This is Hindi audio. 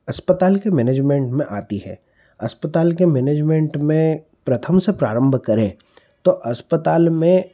अस्पताल के मैनेजमेंट में आती है अस्पताल के मैनेजमेंट में प्रथम से प्रारंभ करें तो अस्पताल में